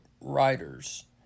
writers